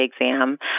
exam